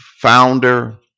founder